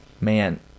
man